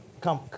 come